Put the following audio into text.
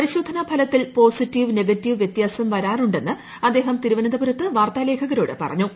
പരിശോധനാ ഫലത്തിൽ positive negative വ്യത്യാസം വരാറുണ്ടെന്ന് അദ്ദേഹം തിരുവനന്തപുരത്ത് വാർത്താലേഖകരോട് പറഞ്ഞു